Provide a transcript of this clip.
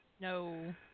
no